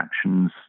actions